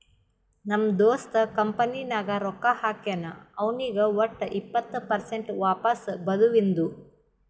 ನಮ್ ದೋಸ್ತ ಕಂಪನಿ ನಾಗ್ ರೊಕ್ಕಾ ಹಾಕ್ಯಾನ್ ಅವ್ನಿಗ್ ವಟ್ ಇಪ್ಪತ್ ಪರ್ಸೆಂಟ್ ವಾಪಸ್ ಬದುವಿಂದು